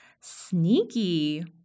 Sneaky